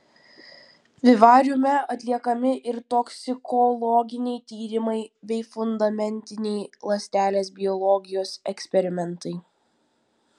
vivariume atliekami ir toksikologiniai tyrimai bei fundamentiniai ląstelės biologijos eksperimentai